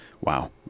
wow